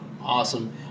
Awesome